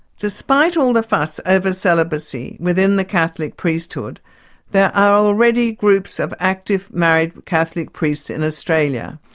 despite all the fuss over celibacy within the catholic priesthood there are already groups of active married catholic priests in australia.